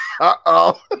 Uh-oh